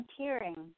volunteering